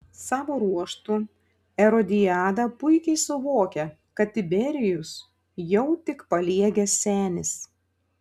savo ruožtu erodiada puikiai suvokia kad tiberijus jau tik paliegęs senis